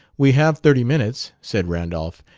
we have thirty minutes, said randolph,